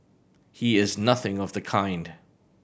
he is nothing of the kind